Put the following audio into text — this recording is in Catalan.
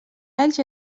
alls